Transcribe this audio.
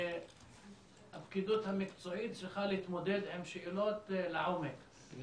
שהפקידות המקצועית צריכה להתמודד עם שאלות לעומק.